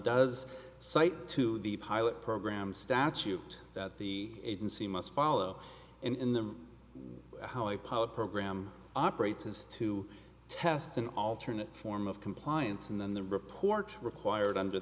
does cite to the pilot program statute that the agency must follow in the how a pilot program operates is to test an alternate form of compliance and then the report required under